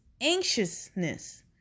anxiousness